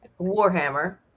Warhammer